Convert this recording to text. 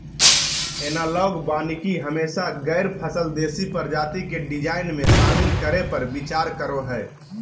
analogue वानिकी हमेशा गैर फसल देशी प्रजाति के डिजाइन में, शामिल करै पर विचार करो हइ